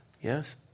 yes